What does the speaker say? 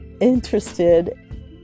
interested